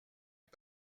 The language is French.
est